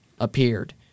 appeared